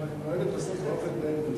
כמה מדינות אתה